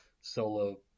solo